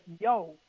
yo